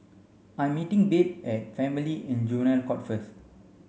I'm meeting Babe at Family and Juvenile Court first